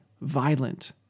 violent